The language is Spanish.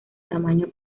tamaño